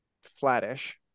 flattish